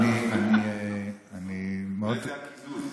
אולי זה הקיזוז.